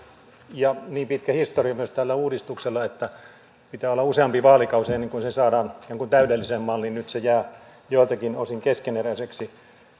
ja niin pitkä historia myös tällä uudistuksella että pitää olla useampi vaalikausi ennen kuin se saadaan täydelliseen malliin nyt se jää joiltakin osin keskeneräiseksi